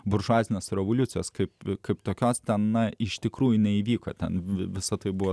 buržuazinės revoliucijos kaip kaip tokios ten na iš tikrųjų neįvyko ten visa tai buvo